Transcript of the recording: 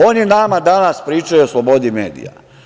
Oni nama danas pričaju o slobodi medija.